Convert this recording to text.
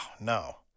no